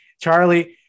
Charlie